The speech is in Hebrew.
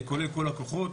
כולל כל הכוחות,